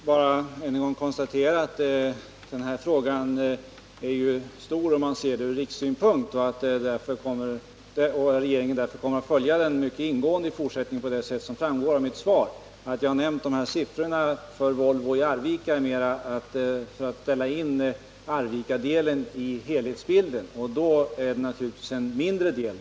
Herr talman! Jag vill bara än en gång konstatera att den här frågan är av stor vikt, om man ser den ur rikssynpunkt. Regeringen kommer därför att följa den mycket ingående i fortsättningen på det sätt som jag framhöll i mitt svar. Jag har nämnt siffrorna för Volvo i Arvika mera för att ställa in Arvikadelen i helhetsbilden, och då är den naturligtvis en mindre del.